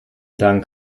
dank